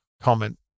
comment